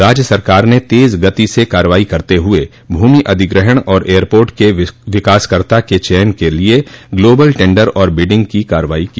राज्य सरकार ने तेज गति से कार्रवाई करते हुए भूमि अधिग्रहण और एयरपोर्ट के विकासकर्ता के चयन के लिये ग्लोबल टेंडर और बिडिंग की कार्रवाई की